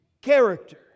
character